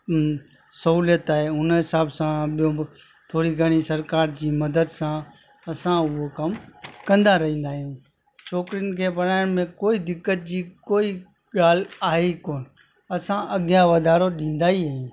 सहूलत आहे हुन हिसाब सां ॿियो बि थोरी घणी सरकारि जी मदद सां असां उहो कमु कंदा रहंदा आहियूं छोकरियुनि खे पढ़ाइण में कोई दिक़त जी कोई ॻाल्हि आहे ई कोन असां अॻियां वधारो ॾींदा ई आहियूं